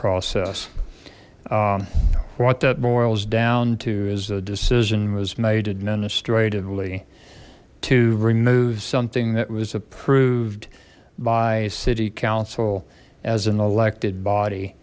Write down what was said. process what that boils down to is a decision was made administrative lee to remove something that was approved by city council as an elected body